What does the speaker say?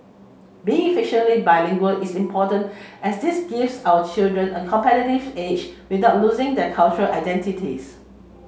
being effectively bilingual is important as this gives our children a competitive edge without losing their cultural identities